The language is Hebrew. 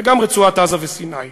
וגם רצועת-עזה וסיני,